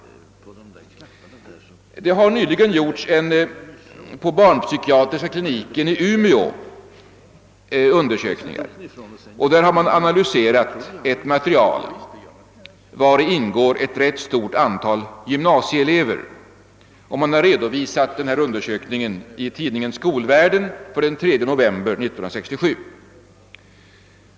På barnpsykiatriska kliniken i Umeå har man nyligen gjort en del undersökningar. Där har man analyserat ett material, vari ingår ett rätt stort antal gymnasieelever. Man har redovisat denna undersökning i tidningen Skolvärlden för den 3 november 1967.